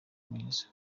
mwiza